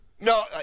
No